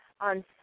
on